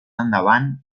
endavant